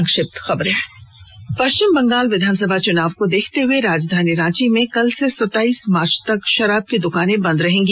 संक्षिप्त खबरें पश्चिम बंगाल विधानसभा चुनाव को देखते हुए राजधानी रांची में कल से सताईस मार्च तक शराब की दुकानें बंद रहेंगी